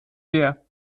der